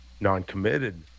non-committed